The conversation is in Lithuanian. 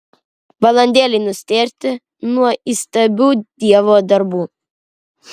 valandėlei nustėrti nuo įstabių dievo darbų